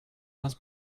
must